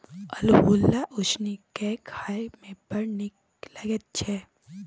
अल्हुआ उसनि कए खाए मे बड़ नीक लगैत छै